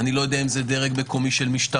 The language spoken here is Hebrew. אני לא יודע אם זה דרג מקומי של משטרה,